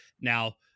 Now